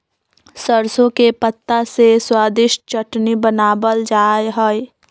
सरसों के पत्ता से स्वादिष्ट चटनी बनावल जा हइ